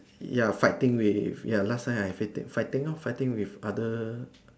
ya fighting with ya last time I fitti~ fighting lor fighting with other